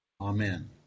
Amen